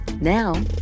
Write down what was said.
Now